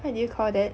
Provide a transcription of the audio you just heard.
what do you call that